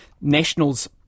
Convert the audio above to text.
Nationals